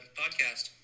podcast